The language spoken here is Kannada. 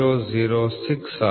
006 ಆಗಿದೆ